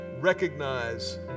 recognize